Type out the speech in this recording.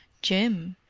jim?